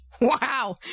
wow